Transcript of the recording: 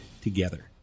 together